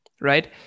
right